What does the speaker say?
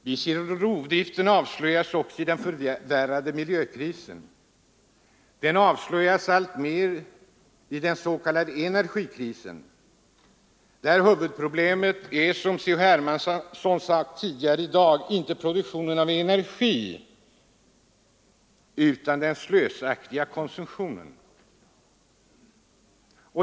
Vi ser rovdriften avslöjas också i den förvärrade miljökrisen. Den avslöjas alltmer i den s.k. energikrisen, där huvudproblemet — som C.-H. Hermansson sagt tidigare i dag — inte är produktionen av energi utan den slösaktiga konsumtionen.